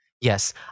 yes